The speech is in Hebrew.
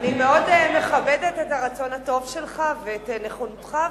אני מאוד מכבדת את הרצון הטוב שלך ואת נכונותך,